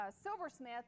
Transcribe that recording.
silversmith